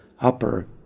upper